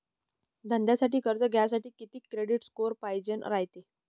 धंद्यासाठी कर्ज घ्यासाठी कितीक क्रेडिट स्कोर पायजेन रायते?